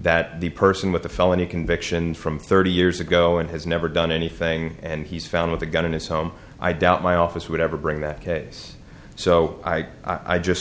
that the person with the felony conviction from thirty years ago and has never done anything and he's found with a gun in his home i doubt my office would ever bring that case so i i just